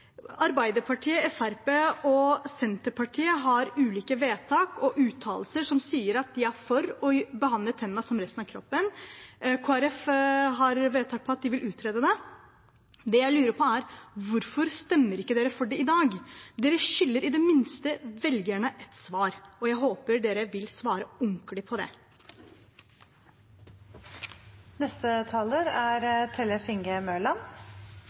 Arbeiderpartiet, Fremskrittspartiet og Senterpartiet har ulike vedtak og uttalelser om at de er for å behandle tennene som resten av kroppen. Kristelig Folkeparti har vedtak på at de vil utrede det. Det jeg lurer på, er: Hvorfor stemmer ikke de partiene for det i dag? De skylder i det minste velgerne et svar, og jeg håper de vil svare ordentlig på det. Jeg er